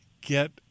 get